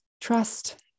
trust